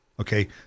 okay